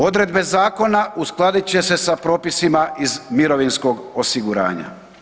Odredbe zakona uskladit će se sa propisima iz mirovinskog osiguranja.